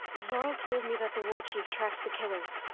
varl told me that the warchief tracked the killers.